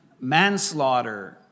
manslaughter